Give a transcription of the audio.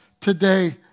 today